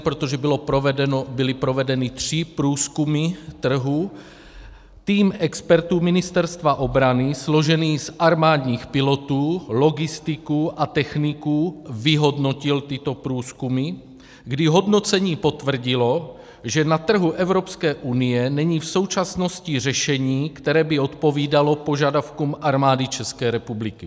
Protože byly provedeny tři průzkumy trhu, tým expertů Ministerstva obrany složený z armádních pilotů, logistiků a techniků vyhodnotil tyto průzkumy, kdy hodnocení potvrdilo, že na trhu Evropské unie není v současnosti řešení, které by odpovídalo požadavkům Armády České republiky.